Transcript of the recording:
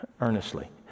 earnestly